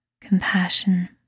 compassion